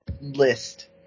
list